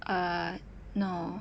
uh no